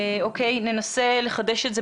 אוקיי, ננסה לחדש את זה.